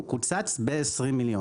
והם קוצצו ב-20 מיליון.